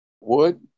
wood